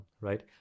right